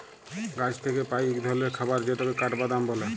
গাহাচ থ্যাইকে পাই ইক ধরলের খাবার যেটকে কাঠবাদাম ব্যলে